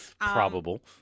probable